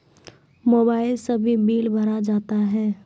Mobile से भी bill भरा जाता हैं?